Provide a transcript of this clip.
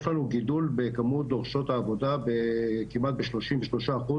יש לנו גידול בכמות דורשות העבודה כמעט בשלושים ושלושה אחוז